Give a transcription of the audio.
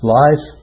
life